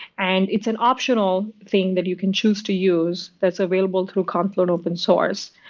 and it's an optional thing that you can choose to use that's available to confluent open source.